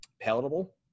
palatable